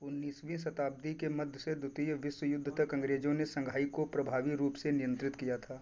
उन्नीसवीं शताब्दी के मध्य से द्वितीय विश्व युद्ध तक अँग्रेजों ने शंघाई को प्रभावी रूप से नियन्त्रित किया था